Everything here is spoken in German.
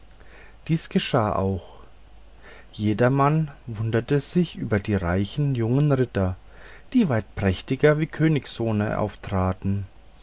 dies geschah auch jedermann wunderte sich über die reichen jungen ritter die weit prächtiger wie königssöhne auftraten